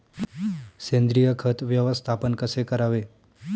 सेंद्रिय खत व्यवस्थापन कसे करावे?